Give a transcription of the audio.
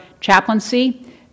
chaplaincy